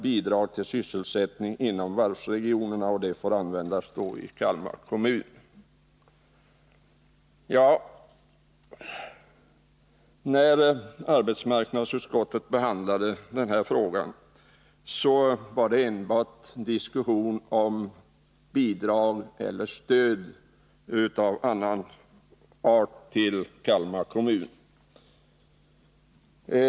Bidrag till sysselsättningsåtgärder inom varvsregionerna får användas i Kalmar kommun för detta ändamål.” När arbetsmarknadsutskottet behandlade denna fråga var det enbart diskussion om bidrag eller stöd av annan art till Kalmar kommun.